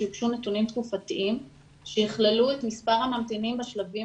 שיוגשו נתונים תקופתיים שיכללו את מספר הממתינים בשלבים